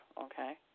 okay